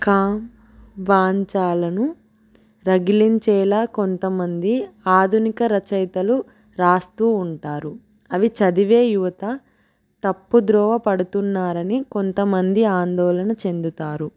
కామ వాంచాలను రగిలించేలా కొంతమంది ఆధునిక రచయితలు రాస్తూ ఉంటారు అవి చదివే యువత తప్పు ద్రోవ పడుతున్నారని కొంతమంది ఆందోళన చెందుతారు